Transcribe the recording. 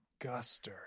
Guster